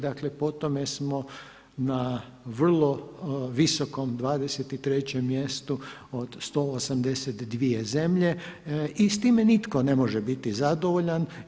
Dakle, po tome smo na vrlo visokom 23. mjestu od 182 zemlje i s time nitko ne može biti zadovoljan.